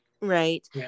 right